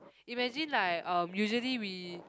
imagine like uh usually we